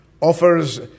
offers